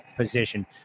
position